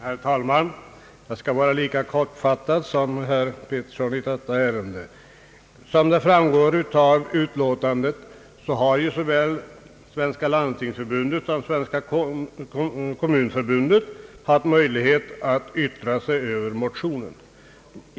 Herr talman! Jag skall vara lika kortfattad som herr Peterson i detta ärende. Som framgår av utlåtandet har såväl Svenska landstingsförbundet som Svenska kommunförbundet haft möjlighet att yttra sig över motionerna.